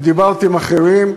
ודיברתי עם אחרים,